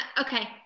Okay